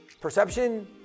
Perception